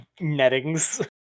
nettings